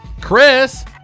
Chris